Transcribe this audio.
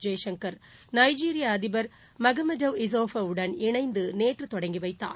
Jaishankar Nigeria அதிபர் Mahamadou Issoufou வுடன் இணைந்து நேற்று தொடங்கி வைத்தார்